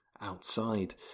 outside